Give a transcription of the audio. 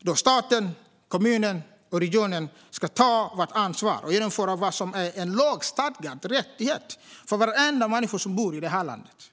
där staten, kommunen och regionen ska ta sitt ansvar och genomföra vad som är en lagstadgad rättighet för varenda människa som bor i det här landet.